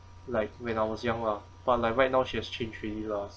like when I was young lah but like right now she has changed really lah